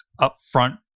upfront